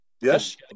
Yes